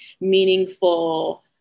meaningful